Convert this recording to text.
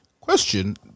Question